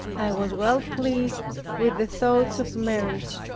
i was well pleased with the thoughts of marriage,